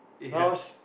nows